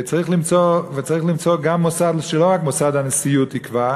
צריך למצוא גם מוסד, שלא רק מוסד הנשיאות יקבע,